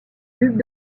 hughes